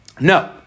no